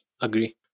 agree